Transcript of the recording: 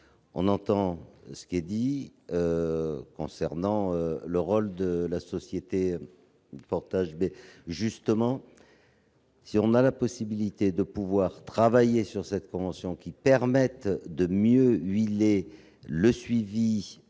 On entend ce qui est dit concernant le rôle de la société de portage. Justement, si nous avons la possibilité de travailler sur cette convention pour faire en sorte de mieux huiler le suivi